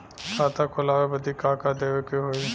खाता खोलावे बदी का का देवे के होइ?